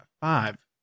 five